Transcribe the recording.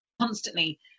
constantly